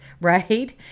right